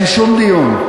אין שום דיון.